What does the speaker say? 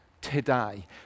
today